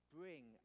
bring